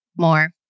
more